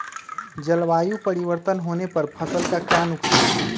जलवायु परिवर्तन होने पर फसल का क्या नुकसान है?